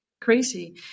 crazy